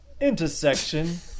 intersection